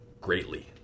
greatly